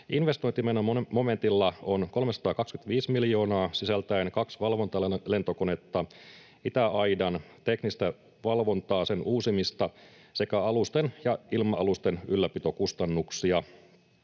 Investointimenon momentilla on 325 miljoonaa sisältäen kaksi valvontalentokonetta, itäaidan teknistä valvontaa, sen uusimista, sekä alusten ja ilma-alusten ylläpitokustannuksia.